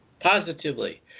Positively